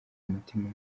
umutima